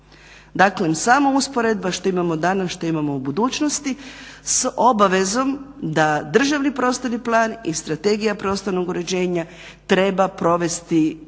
Dakle, samo usporedba što imamo danas a što imamo u budućnosti s obavezom da državni prostorni plan i Strategija prostornog uređenja treba provesti prethodnu